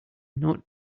note